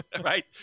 Right